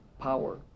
power